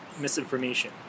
misinformation